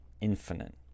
infinite